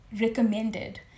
recommended